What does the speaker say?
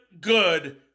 good